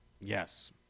yes